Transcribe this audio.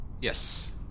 Yes